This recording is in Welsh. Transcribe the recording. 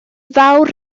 fawr